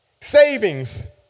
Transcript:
Savings